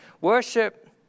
Worship